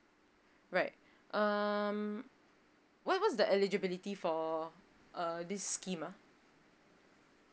right um what what's the eligibility for err this scheme ah